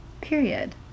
period